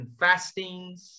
fastings